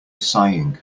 sighing